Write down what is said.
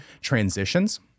transitions